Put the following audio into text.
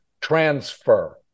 transfer